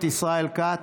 ישראל כץ?